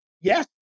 Yes